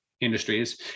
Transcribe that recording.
industries